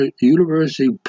university